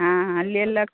ಹಾಂ ಹಾಂ ಅಲ್ಲಿ ಎಲ್ಲ